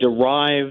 derived